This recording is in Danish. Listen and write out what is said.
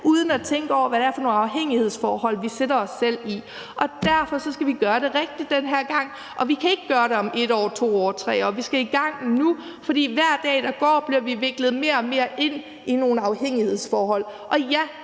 uden at tænke over, hvad det er for nogle afhængighedsforhold, vi sætter os selv i. Derfor skal vi gøre det rigtigt den her gang. Vi kan ikke gøre det om 1 år, 2 år eller 3 år. Vi skal i gang nu – for hver dag der går, bliver vi viklet mere og mere ind i nogle afhængighedsforhold.